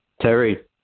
Terry